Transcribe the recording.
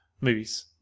Movies